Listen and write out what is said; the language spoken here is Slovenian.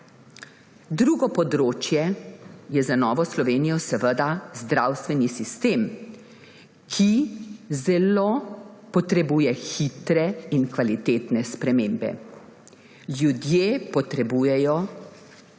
Drugo področje je za Novo Slovenijo seveda zdravstveni sistem, ki zelo potrebuje hitre in kvalitetne spremembe. Ljudje potrebujejo